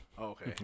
Okay